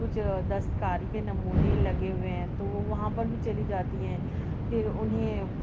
کچھ دستکاری کے نمونے لگے ہوئے ہیں تو وہ وہاں پر بھی چلی جاتی ہیں پھر انہیں